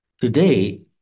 Today